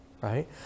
Right